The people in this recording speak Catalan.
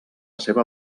seva